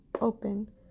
open